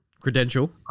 credential